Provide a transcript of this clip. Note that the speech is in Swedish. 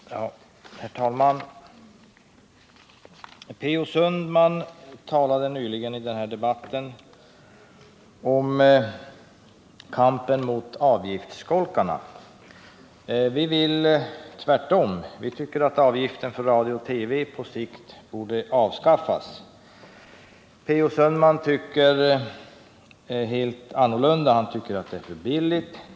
Herr talman! P. O. Sundman talade nyligen i den här debatten om kampen mot avgiftsskolkarna. Vi tycker tvärtom att avgiften för radio och TV på sikt bör avskaffas. P. O. Sundman tycker att det är för billigt.